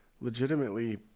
legitimately